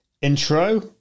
intro